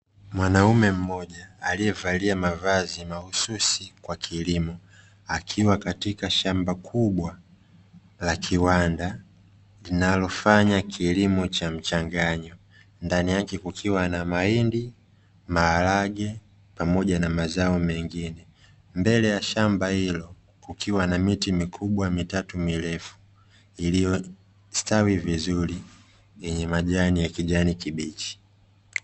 Mwanaume mmoja alievalia mavazi mahususi kwa kilimo akiwa katika shamba kubwa la kiwanda linalofanya kilimo cha mchanganyo. Ndani yake kukiwa na mahindi, maharage pamoja na mazao mengine mbele ya shamba hilo kukiwa na miti mikibwa mitatu mirefu iliyostawi vizuri yenye majani ya kijani kibichi.